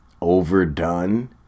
overdone